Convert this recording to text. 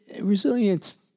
resilience